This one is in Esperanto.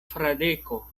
fradeko